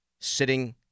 sitting